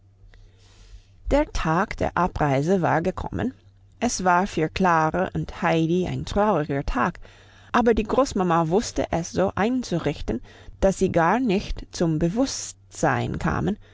der tag der abreise war gekommen es war für klara und heidi ein trauriger tag aber die großmama wusste es so einzurichten dass sie gar nicht zum bewusstsein kamen